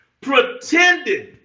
Pretending